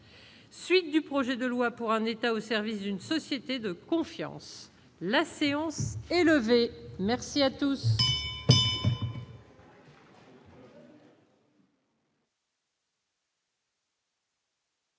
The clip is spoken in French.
suite du projet de loi pour un État au service d'une société de. Confiance, la séance est levée, merci à tous.